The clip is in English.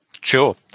Sure